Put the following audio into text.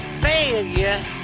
failure